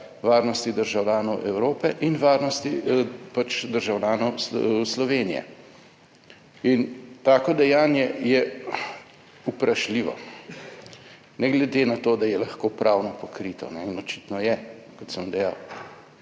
varnosti državljanov Evrope in varnosti državljanov Slovenije, in tako dejanje je vprašljivo ne glede na to, da je lahko pravno pokrito in očitno je, kot sem dejal,